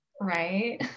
right